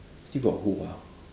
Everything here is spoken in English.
still got who ah